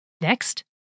Next